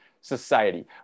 society